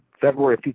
February